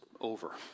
over